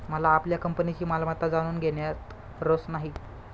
मला आपल्या कंपनीची मालमत्ता जाणून घेण्यात रस नाही